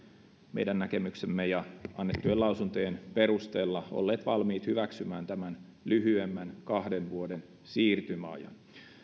meidän näkemyksemme ja annettujen lausuntojen perusteella olleet valmiit hyväksymään tämän lyhyemmän kahden vuoden siirtymäajan